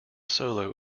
solo